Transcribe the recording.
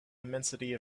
immensity